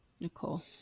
Nicole